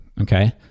Okay